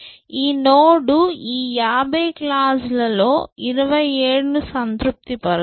ఈ నోడ్ ఈ 50 క్లాజ్ల లో 27 సంతృప్తి పరుస్తుంది